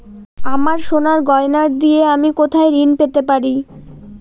আমার সোনার গয়নার দিয়ে আমি কোথায় ঋণ পেতে পারি?